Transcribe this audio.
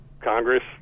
Congress